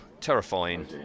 Terrifying